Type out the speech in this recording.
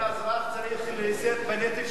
אז רק צריך לשאת בנטל, הציבור?